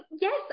yes